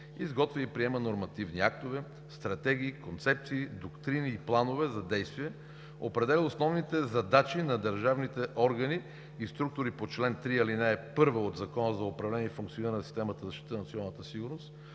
изготвя и приема нормативни актове, стратегии, концепции, доктрини и планове за действие, определя основните задачи на държавните органи и структури по чл. 3, ал. 1 от Закона за управление и функциониране на системата за защита на националната сигурност,